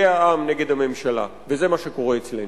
יהיה העם נגד הממשלה, וזה מה שקורה אצלנו.